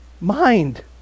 mind